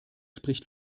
spricht